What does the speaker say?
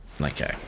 Okay